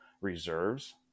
reserves